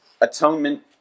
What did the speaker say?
atonement